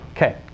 Okay